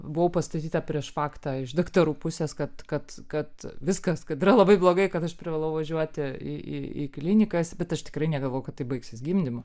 buvau pastatyta prieš faktą iš daktarų pusės kad kad kad viskas kad yra labai blogai kad aš privalau važiuoti į į į klinikas bet aš tikrai negalvojau kad tai baigsis gimdymu